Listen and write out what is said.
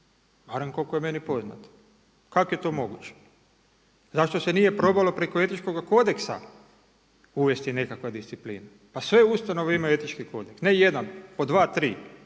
barem koliko je meni poznato. Kako je to moguće? Zašto se nije probalo preko etičkoga kodeksa uvesti nekakva disciplina? Pa sve ustanove imaju etički kodeks. Ne jedan, po 2, 3